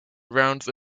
rounds